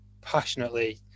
passionately